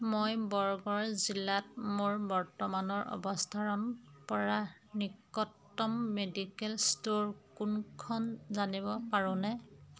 মই বৰগড় জিলাত মোৰ বৰ্তমানৰ অৱস্থাৰনৰপৰা নিকটতম মেডিকেল ষ্ট'ৰ কোনখন জানিব পাৰোঁনে